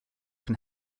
can